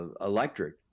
electric